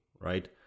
right